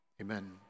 Amen